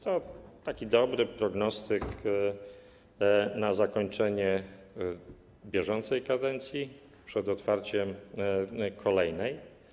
To taki dobry prognostyk na zakończenie bieżącej kadencji przed otwarciem kolejnej.